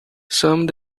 some